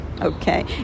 Okay